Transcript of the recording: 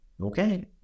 okay